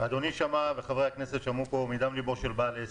אדוני וחברי הכנסת שמעו פה דברים מדם ליבו של בעל עסק.